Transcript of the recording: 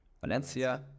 valencia